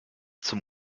zum